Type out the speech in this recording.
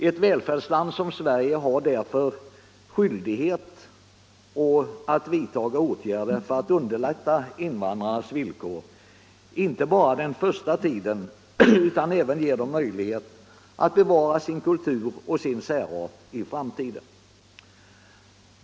Ett välfärdsland som Sverige har därför skyldighet att vidta åtgärder för att underlätta invandrarnas villkor, inte bara under den första tiden, och också ge dem möjligheter att bevara sin kultur och sin särart i framtiden.